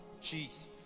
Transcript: Jesus